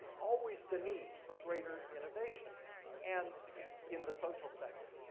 always the need for greater innovation and in the social sector.